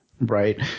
Right